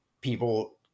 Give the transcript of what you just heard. people